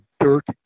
dirt